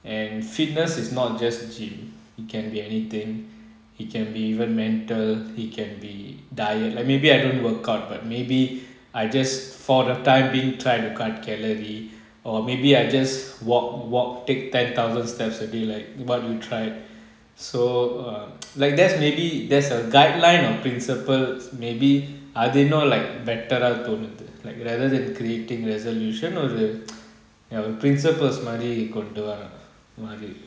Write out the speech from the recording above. and fitness is not just gym it can be anything it can be even mental it can be diet like maybe I don't workout but maybe I just for the time being try to cut calorie or maybe I just walk walk take ten thousand steps a day like but you tried so err like that's maybe there's a guideline or principles maybe are they not like better to like rather than creating resolution ஒரு ஒரு:oru oru ya with principles மாறி கொண்டு வரத்து:maari kondu varathu